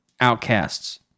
outcasts